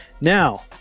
Now